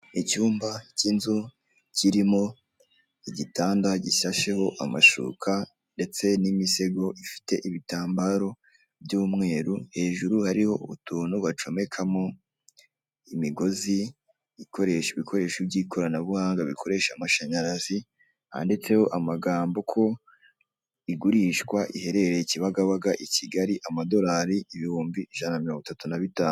Icyumba cy'inzu kirimo igitanda gishasheho amashuka ndetse n'imisego ifite ibitambaro by'umweru, hejuru hariho utuntu bacomekamo imigozi ikoresha ibikoresho by'ikoranabuhanga bikoresha amashanyarazi, handitseho amagambo ko igurishwa iherereye kibagabaga i kigali amadorari ibihumbi ijana mirongo itatu na bitanu.